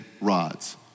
rods